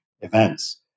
events